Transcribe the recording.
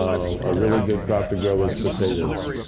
a really good crop to grow is potatoes.